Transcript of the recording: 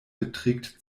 beträgt